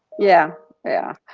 yeah, yeah.